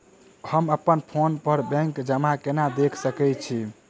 हम अप्पन फोन पर बैंक जमा केना देख सकै छी?